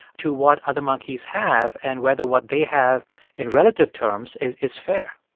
to what other monkeys have and whether what they have in relative terms is is fair